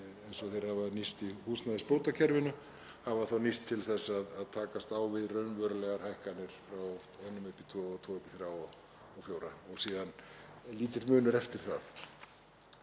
eins og þeir hafa nýst í húsnæðisbótakerfinu, hafa þá nýst til að takast á við raunverulegar hækkanir frá einum upp í tvo og tvo til þrjá og fjóra og síðan er lítill munur eftir það.